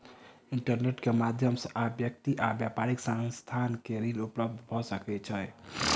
internet के माध्यम से आब व्यक्ति आ व्यापारिक संस्थान के ऋण उपलब्ध भ सकै छै